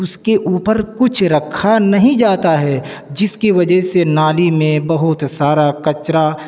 اس کے اوپر کچھ رکھا نہیں جاتا ہے جس کی وجہ سے نالی میں بہت سارا کچرا